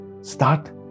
Start